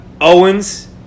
Owens